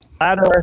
Ladder